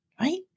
right